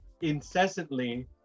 incessantly